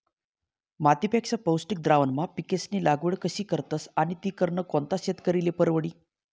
मातीपेक्षा पौष्टिक द्रावणमा पिकेस्नी लागवड कशी करतस आणि ती करनं कोणता शेतकरीले परवडी?